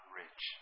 rich